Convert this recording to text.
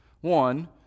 One